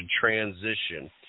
transition